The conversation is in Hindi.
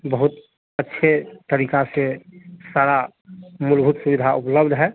बहुत अच्छे तरीके से सारी मूलभूत सुविधा उपलब्ध है